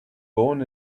born